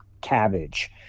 cabbage